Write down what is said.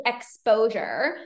exposure